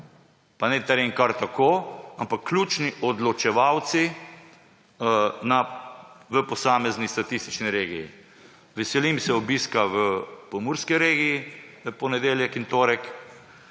Pa ne teren kar tako, ampak ključni odločevalci v posamezni statistični regiji. Veselim se obiska v Pomurski regiji v ponedeljek in torek.